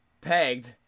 pegged